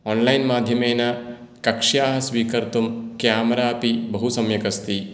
online माध्यमेन कक्ष्याः स्वीकर्तुं केमराऽपि बहु सम्यक् अस्ति